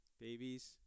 Babies